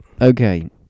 Okay